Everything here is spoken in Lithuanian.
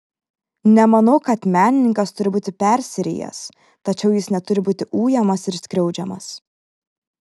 nemanau kad menininkas turi būti persirijęs tačiau jis neturi būti ujamas ir skriaudžiamas